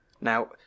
Now